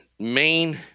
main